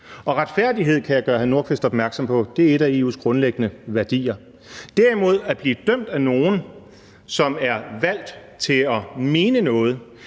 Og retfærdighed – kan jeg gøre hr. Rasmus Nordqvist opmærksom på – er en af EU's grundlæggende værdier. Derimod at blive dømt af nogen, som er valgt til at mene noget,